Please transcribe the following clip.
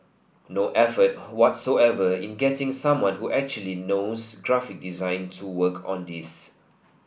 no effort who whatsoever in getting someone who actually knows graphic design to work on this